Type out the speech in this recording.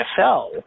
NFL